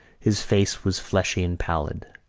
his face was fleshy and pallid,